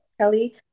Kelly